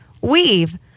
Weave